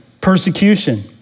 persecution